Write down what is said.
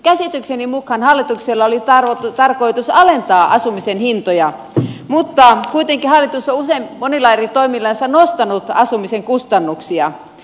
käsitykseni mukaan hallituksella oli tarkoitus alentaa asumisen hintoja mutta kuitenkin hallitus on monilla eri toimillansa nostanut asumisen kustannuksia